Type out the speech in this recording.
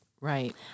Right